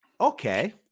Okay